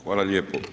Hvala lijepo.